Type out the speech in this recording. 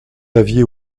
aviez